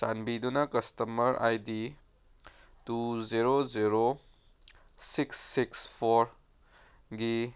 ꯆꯥꯟꯕꯤꯗꯨꯅ customer I D two zero zero six six ꯐꯣꯔꯒꯤ